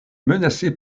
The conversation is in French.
menacée